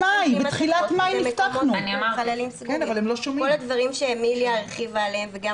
בפנים מסכות וזה חללים סגורים -- אנחנו נפתחנו במאי,